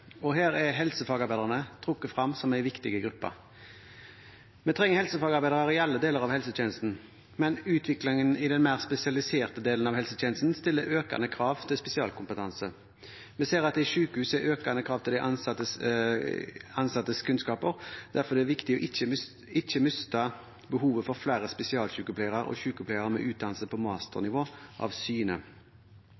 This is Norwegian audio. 2020. Her er helsefagarbeiderne trukket frem som en viktig gruppe. Vi trenger helsefagarbeidere i alle deler av helsetjenesten, men utviklingen i den mer spesialiserte delen av helsetjenesten stiller økende krav til spesialkompetanse. Vi ser at det i sykehus er økende krav til de ansattes kunnskaper, derfor er det viktig ikke å miste behovet for flere spesialsykepleiere og sykepleiere med utdannelse på